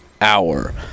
hour